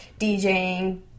DJing